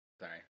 sorry